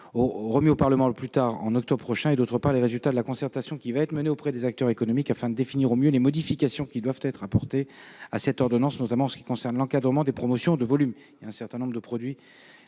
remis au Parlement au plus tard au mois d'octobre prochain, et, d'autre part, les résultats de la concertation qui va être menée avec les acteurs économiques afin de définir au mieux les modifications qui doivent être apportées à cette ordonnance, notamment en ce qui concerne l'encadrement des promotions de volume. Dans la rédaction résultant du